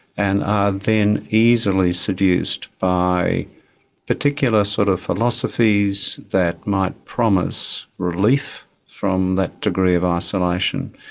and are then easily seduced by particular sort of philosophies that might promise relief from that degree of isolation.